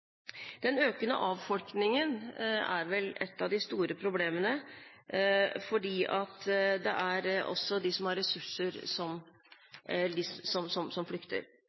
Den økende avfolkningen er et av de store problemene, også fordi det er de som har ressurser, som